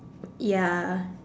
ya